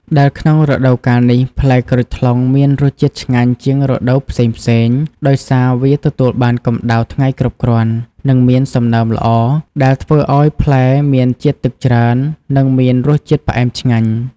ដែលក្នុងរដូវកាលនេះ ផ្លែក្រូចថ្លុងមានរសជាតិឆ្ងាញ់ជាងរដូវផ្សេងៗ ដោយសារវាទទួលបានកម្តៅថ្ងៃគ្រប់គ្រាន់ និងមានសំណើមល្អ ដែលធ្វើឱ្យផ្លែមានជាតិទឹកច្រើន និងមានរសជាតិផ្អែមឆ្ងាញ់។